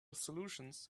solutions